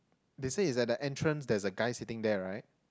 they said is at the entrance there's a guy sitting there right